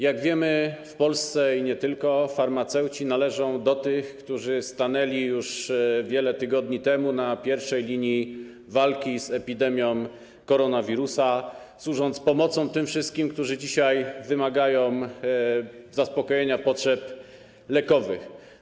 Jak wiemy, w Polsce i nie tylko farmaceuci należą do tych, którzy już wiele tygodni temu stanęli na pierwszej linii walki z epidemią koronawirusa, służąc pomocą tym wszystkim, którzy dzisiaj wymagają zaspokojenia potrzeb lekowych.